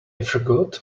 forgot